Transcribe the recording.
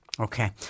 Okay